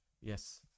Yes